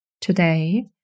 today